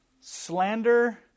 slander